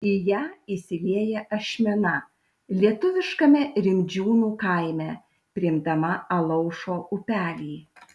į ją įsilieja ašmena lietuviškame rimdžiūnų kaime priimdama alaušo upelį